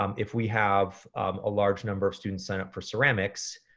um if we have a large number of students sign up for ceramics,